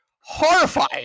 horrifying